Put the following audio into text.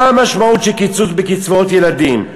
מה המשמעות של קיצוץ בקצבאות ילדים?